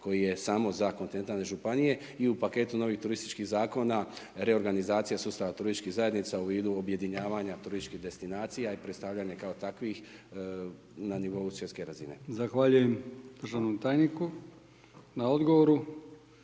koji je samo za kontinentalne županije i u paketu novih turističkih zakona, reorganizacija sustava turističkih zajednica, u vidu objedinjavanja turističkih destinacija i predstavljanje kao takvih na nivou svjetske razine. **Brkić, Milijan (HDZ)** Zahvaljujem državnom tajniku na odgovoru.